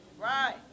right